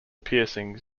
piercings